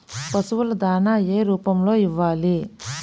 పశువుల దాణా ఏ రూపంలో ఇవ్వాలి?